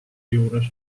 juures